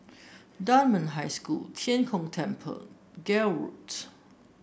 Dunman High Hostel Tian Kong Temple Gul Road